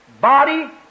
body